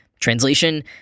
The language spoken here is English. Translation